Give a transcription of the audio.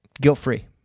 guilt-free